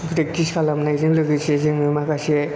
practice खालामनायजों जोङो माखासे